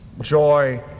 joy